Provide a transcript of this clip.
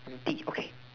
rabbit okay